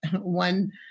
one